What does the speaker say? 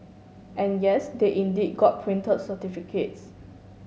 and yes they indeed got printed certificates